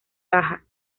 baja